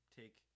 take